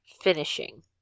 finishing